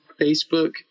Facebook